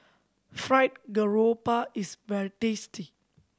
fry garoupa is very tasty